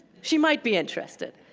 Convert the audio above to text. she might be interested.